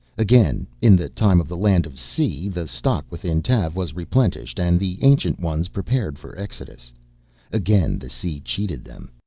again, in the time of the land of sea, the stock within tav was replenished and the ancient ones prepared for exodus again the sea cheated them.